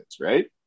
right